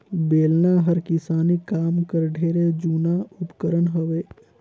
बेलना हर किसानी काम कर ढेरे जूना उपकरन हवे